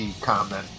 comment